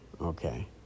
Okay